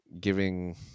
giving